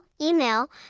email